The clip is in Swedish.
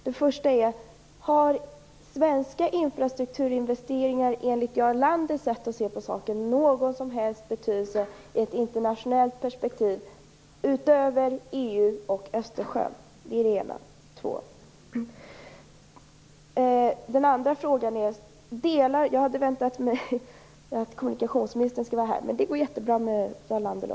Den första frågan är: Har svenska infrastrukturinvesteringar enligt Jarl Landers sätt att se på saken någon som helst betydelse i ett internationellt perspektiv, utöver EU och Östersjön? Jag hade väntat mig att kommunikationsministern skulle vara här, men det går jättebra också med Jarl Lander.